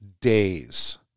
days